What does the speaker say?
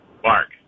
Mark